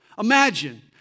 Imagine